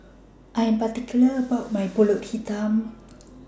I Am particular about My Pulut Hitam